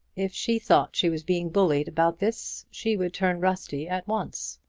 if she thought she was being bullied about this, she would turn rusty at once.